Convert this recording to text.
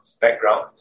background